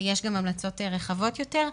יש גם המלצות רחבות יותר.